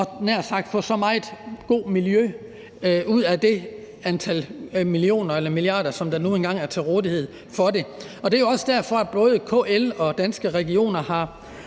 jeg nær sagt, få så meget godt miljø ud af det antal millioner eller milliarder, som der nu engang er til rådighed til det. Det er jo også derfor, at både KL og Danske Regioner har